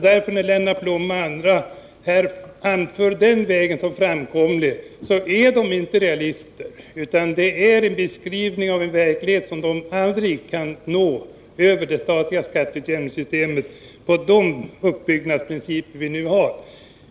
När Lennart Blom och andra framför den vägen som framkomlig är de därför inte realister. De beskriver en verklighet som de aldrig kan åstadkomma genom det statliga skatteutjämningssystemet och de uppbyggnadsprinciper som vi nu har.